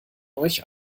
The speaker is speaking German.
euch